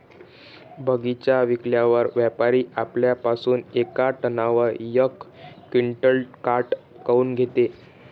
बगीचा विकल्यावर व्यापारी आपल्या पासुन येका टनावर यक क्विंटल काट काऊन घेते?